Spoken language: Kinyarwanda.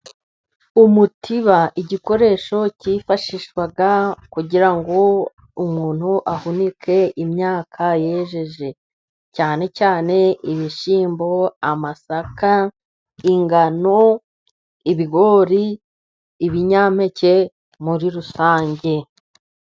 Umutiba igikoresho cy'ifashishwaga kugira ngo umuntu ahunike imyaka yejeje cyane cyane ibishyimbo, amasaka ,ingano, ibigori , ibinyampeke muri rusange.